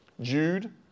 Jude